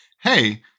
hey